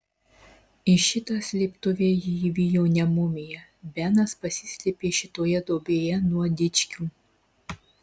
į šitą slėptuvę jį įvijo ne mumija benas pasislėpė šitoje duobėje nuo dičkių